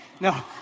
No